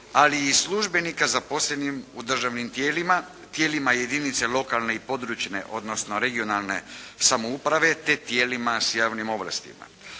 ali i službenika zaposlenih u državnim tijelima, tijelima lokalne i područne odnosno regionalne samouprave te tijelima s javnim ovlastima.